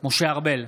משה ארבל,